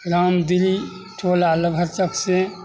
रामदीनी टोला लगहक तकसे